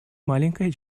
маленькая